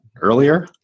earlier